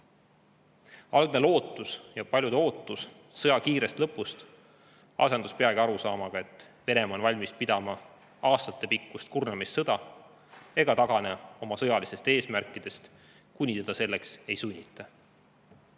Algne lootus ja paljude ootus sõja kiirest lõpust asendus peagi arusaamaga, et Venemaa on valmis pidama aastatepikkust kurnamissõda ega tagane oma sõjalistest eesmärkidest, kuni teda selleks ei sunnita. Ma